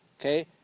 Okay